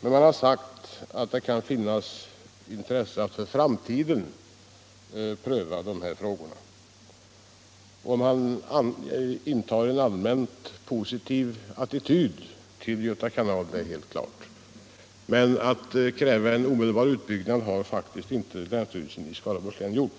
Den har däremot sagt att det kan finnas intresse av att för framtiden pröva dessa frågor. Det är helt klart att länsstyrelsen i Skaraborgs län intar en allmänt positiv attityd till Göta kanal, men den har faktiskt inte krävt en omedelbar utbyggnad av Göta kanal.